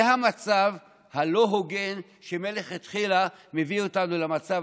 זה המצב הלא-הוגן שמלכתחילה הביא אותנו למצב